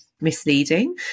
misleading